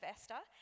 Esther